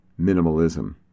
minimalism